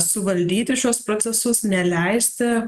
suvaldyti šiuos procesus neleisti